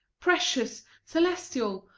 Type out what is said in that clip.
precious, celestial?